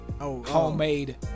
homemade